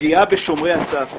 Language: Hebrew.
הפגיעה בשומרי הסף,